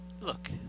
look